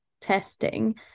testing